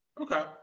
Okay